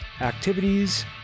activities